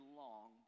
long